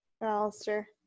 Alistair